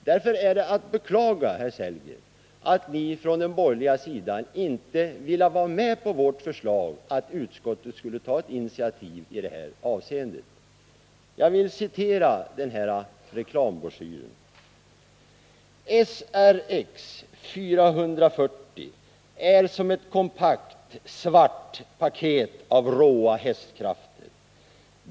Därför är det att beklaga, herr Sellgren, att ni från den borgerliga sidan inte vill vara med på vårt förslag att utskottet skulle ta ett initiativ i det här avseendet. Så här lyder reklamtexten: ”SRX 440 är som ett kompakt, svart paket av råa hästkrafter.